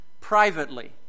privately